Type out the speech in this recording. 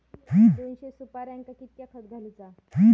दोनशे सुपार्यांका कितक्या खत घालूचा?